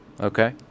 okay